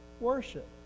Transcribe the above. Worship